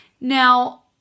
Now